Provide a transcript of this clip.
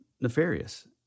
nefarious